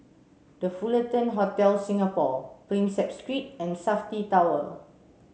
The Fullerton Hotel Singapore Prinsep Street and SAFTI Tower